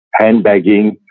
handbagging